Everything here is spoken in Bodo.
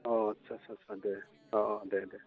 अ आस्सा आस्सा दे अ दे दे